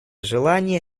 желания